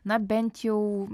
na bent jau